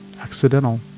accidental